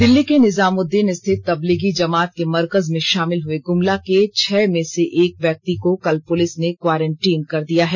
दिल्ली के निजामुद्दीन रिथित तबलीगी जमात के मरकज में शामिल हुए गुमला के छह में से एक व्यक्ति को कल पुलिस ने क्वारेंटीन कर दिया है